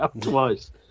Twice